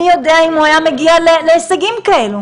מי יודע אם הוא היה מגיע להישגים כאלו.